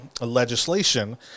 legislation